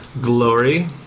Glory